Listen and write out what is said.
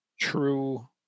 true